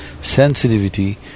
sensitivity